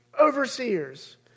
overseers